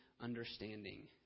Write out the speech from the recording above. understanding